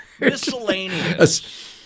Miscellaneous